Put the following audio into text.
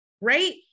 right